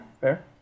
fair